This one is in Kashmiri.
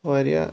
واریاہ